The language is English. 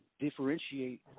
differentiate